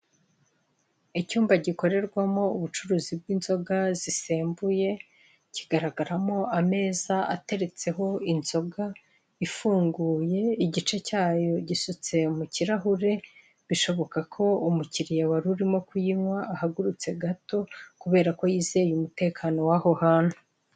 Icyumba gikorerwamo ubucuruzi bw'inzoga zisembuye, kigaragaramo ameza ateretseho inzoga ifunguye, igice cyayo gisutse mu kirahure, bishoboka ko umukiriya wari urimo kunyinywa ahagurutse gato, kubera ko yizeye umutekano w'aho hantu.